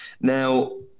Now